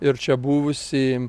ir čia buvusi